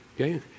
okay